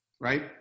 right